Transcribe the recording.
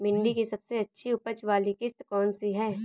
भिंडी की सबसे अच्छी उपज वाली किश्त कौन सी है?